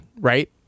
right